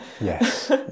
Yes